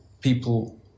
people